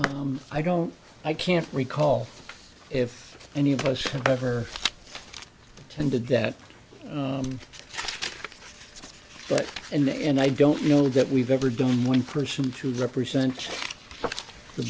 team i don't i can't recall if any of us have ever attended that but in the end i don't know that we've ever done one person to represent the